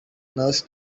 nurse